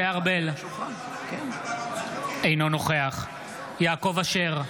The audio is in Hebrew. ארבל, אינו נוכח יעקב אשר,